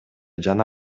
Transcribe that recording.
жана